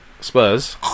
Spurs